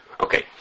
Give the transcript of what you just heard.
Okay